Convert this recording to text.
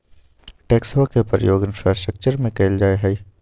टैक्सवा के प्रयोग इंफ्रास्ट्रक्टर में कइल जाहई